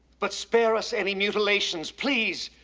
but spare us any mutilations, please!